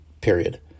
period